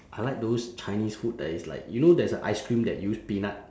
I like those chinese food that is like you know there is a ice cream that use peanut